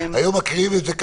היום מקריאים את זה ככה,